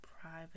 private